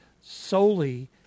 solely